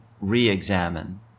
re-examine